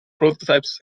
prototypes